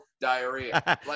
diarrhea